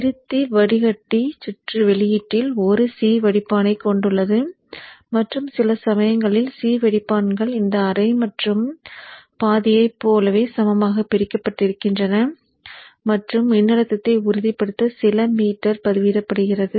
திருத்தி வடிகட்டி சுற்று வெளியீட்டில் ஒரு C வடிப்பானைக் கொண்டுள்ளது மற்றும் சில சமயங்களில் C வடிப்பான்கள் இந்த அரை மற்றும் பாதியைப் போலவே சமமாகப் பிரிக்கப்படுகின்றன மற்றும் மின்னழுத்தத்தை உறுதிப்படுத்த சில மீட்டர் பதிவிடப்படுகிறது